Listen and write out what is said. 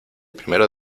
primero